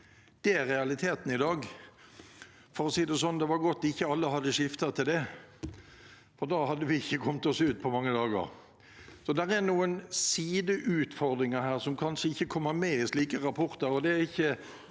Det er realiteten i dag. For å si det sånn: Det var godt ikke alle hadde skiftet til dette, for da hadde vi ikke kommet oss ut på mange dager. Så det er noen sideutfordringer her som kanskje ikke kommer med i slike rapporter,